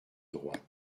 droite